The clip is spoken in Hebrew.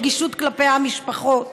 ברגישות כלפי המשפחות,